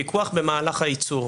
פיקוח במהלך הייצור.